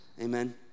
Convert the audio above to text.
Amen